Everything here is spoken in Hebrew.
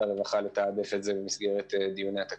הרווחה לתעדף את זה במסגרת דיוניו התקציב.